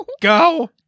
go